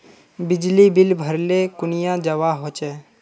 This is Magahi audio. बिजली बिल भरले कुनियाँ जवा होचे?